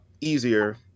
easier